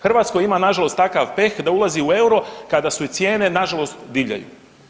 Hrvatska ima nažalost takav peh da ulazi u euro kada su i cijene nažalost divljaju.